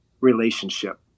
relationship